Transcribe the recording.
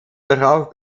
darauf